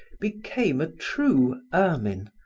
became a true ermine,